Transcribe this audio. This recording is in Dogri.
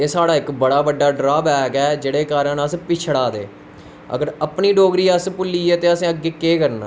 एह् साढ़ा इक बड़ा बड्डा ड्रा बैक ऐ जेह्दे कारन अस पिछड़ा दे अगर अपनी डोगरी अस भुल्लिये ते अग्गैं केह् करना